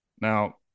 now